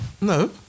No